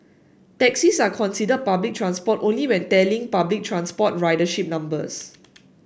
taxis are considered public transport only when tallying public transport ridership numbers